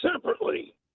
separately